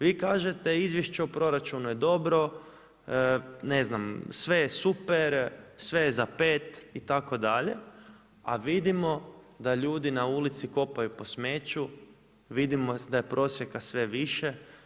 Vi kažete izvješće o proračunu je dobro, sve je super, sve je za pet itd., a vidimo da ljudi na ulici kopaju po smeću, vidimo da je prosjaka sve više.